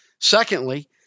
Secondly